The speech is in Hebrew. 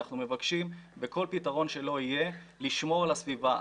אנחנו מבקשים בכל פתרון שלא יהיה לשמור על הסביבה.